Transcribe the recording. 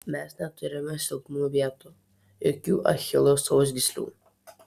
mes neturime silpnų vietų jokių achilo sausgyslių